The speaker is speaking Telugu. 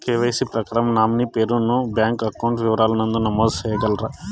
కె.వై.సి ప్రకారం నామినీ పేరు ను బ్యాంకు అకౌంట్ వివరాల నందు నమోదు సేయగలరా?